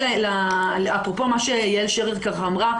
אפרופו מה שיעל שרר אמרה,